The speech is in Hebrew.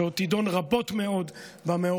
שעוד תדון רבות מאוד במאורעות,